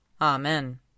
Amen